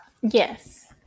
Yes